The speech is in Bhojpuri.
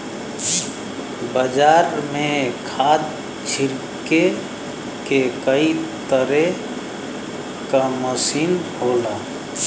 बाजार में खाद छिरके के कई तरे क मसीन होला